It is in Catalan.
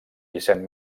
vicent